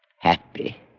Happy